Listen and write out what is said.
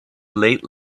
late